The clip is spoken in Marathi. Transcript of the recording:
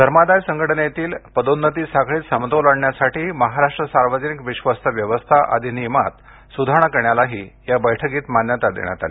धर्मादाय संघटनेमधील पदोन्नती साखळीत समतोल आणण्यासाठी महाराष्ट्र सार्वजनिक विश्वस्त व्यवस्था अधिनियमात सुधारणा करण्यालाही या बैठकीत मान्यता देण्यात आली